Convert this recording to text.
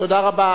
תודה רבה.